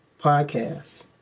podcast